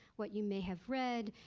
what you may have read,